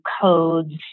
codes